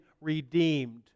redeemed